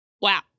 Wow